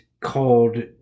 called